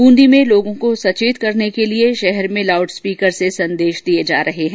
ब्रेंदी में लोगों को सचेत करने के लिए शहर में लाउड स्पीकर से संदेश दिये जा रहे है